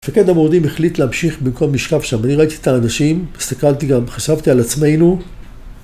מפקד המורדים מחליט להמשיך במקום משקף שם ואני ראיתי את האנשים, הסתכלתי גם, חשבתי על עצמנו